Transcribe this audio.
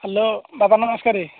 hello ବାପା ନମସ୍କାର